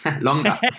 longer